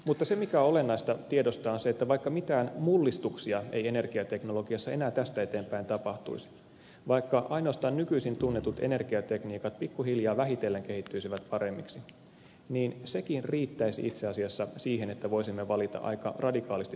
mutta se mikä on olennaista tiedostaa on se että vaikka mitään mullistuksia ei energiateknologiassa enää tästä eteenpäin tapahtuisi vaikka ainoastaan nykyisin tunnetut energiatekniikat pikkuhiljaa vähitellen kehittyisivät paremmiksi niin sekin riittäisi itse asiassa siihen että voisimme valita aika radikaalisti toisenlaisen energiapolun